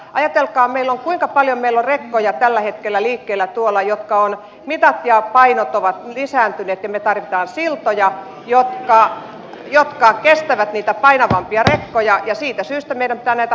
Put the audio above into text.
ajatelkaa kuinka paljon meillä on rekkoja tällä hetkellä liikkeellä tuolla joiden mitat ja painot ovat lisääntyneet ja me tarvitsemme siltoja jotka kestävät niitä painavampia rekkoja ja siitä syystä meidän pitää näitä hankkeitakin tehdä